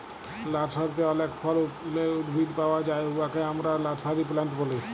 লার্সারিতে অলেক ফল ফুলের উদ্ভিদ পাউয়া যায় উয়াকে আমরা লার্সারি প্লান্ট ব্যলি